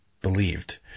believed